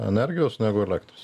energijos negu elektros